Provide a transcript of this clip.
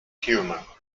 humor